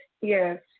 Yes